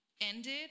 ended